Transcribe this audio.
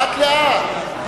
לאט לאט.